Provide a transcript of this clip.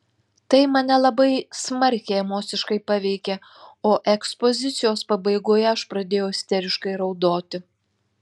tai mane labai smarkiai emociškai paveikė o ekspozicijos pabaigoje aš pradėjau isteriškai raudoti